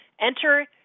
Enter